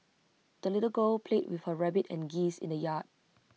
the little girl played with her rabbit and geese in the yard